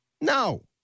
No